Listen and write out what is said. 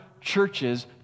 churches